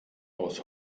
aus